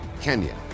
Kenya